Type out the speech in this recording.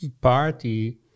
party